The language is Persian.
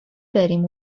بریم